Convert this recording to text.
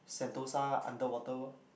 Sentosa Underwater World